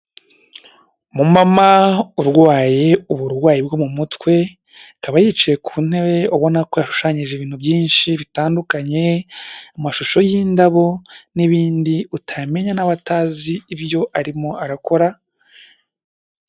Umumama urwaye uburwayi bwo mu mutwe, akaba yicaye ku ntebe ubona ko yashushanyije ibintu byinshi bitandukanye, amashusho y'indabo n'ibindi utamenya, na we atazi ibyo arimo arakora